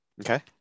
Okay